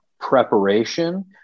preparation